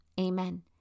Amen